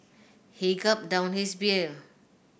he gulped down his beer